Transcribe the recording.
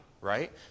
right